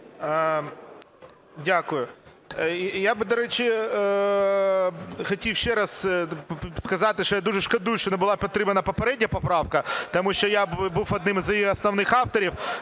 Дякую. Я би, до речі, хотів ще раз сказати, що я дуже шкодую, що не була підтримана попередня поправка, тому що я був одним з її основних авторів.